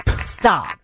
Stop